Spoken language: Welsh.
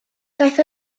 daeth